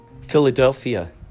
Philadelphia